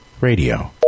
Radio